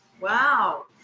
Wow